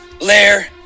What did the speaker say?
Lair